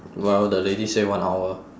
well the lady say one hour